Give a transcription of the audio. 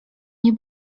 nie